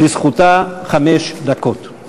לזכותה חמש דקות.